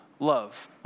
love